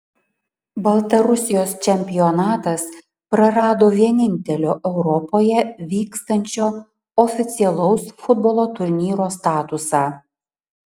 baltarusijos čempionatas prarado vienintelio europoje vykstančio oficialaus futbolo turnyro statusą